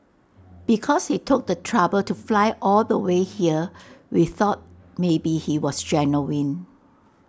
because he took the trouble to fly all the way here we thought maybe he was genuine